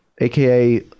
aka